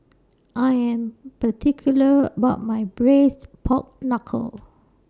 I Am particular about My Braised Pork Knuckle